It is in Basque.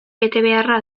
betebeharra